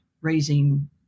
raising